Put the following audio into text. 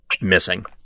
missing